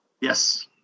Yes